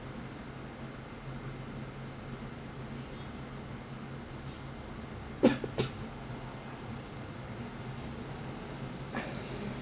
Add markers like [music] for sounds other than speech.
[coughs]